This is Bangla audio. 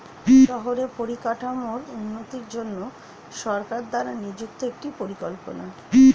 শহরের পরিকাঠামোর উন্নতির জন্য সরকার দ্বারা নিযুক্ত একটি পরিকল্পনা